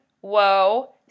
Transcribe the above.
Whoa